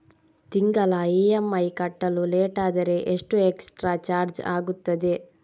ತಿಂಗಳ ಇ.ಎಂ.ಐ ಕಟ್ಟಲು ಲೇಟಾದರೆ ಎಷ್ಟು ಎಕ್ಸ್ಟ್ರಾ ಚಾರ್ಜ್ ಆಗುತ್ತದೆ?